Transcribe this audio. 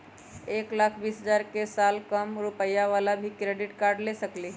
एक लाख बीस हजार के साल कम रुपयावाला भी क्रेडिट कार्ड ले सकली ह?